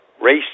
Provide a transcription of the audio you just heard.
Race